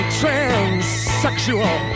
transsexual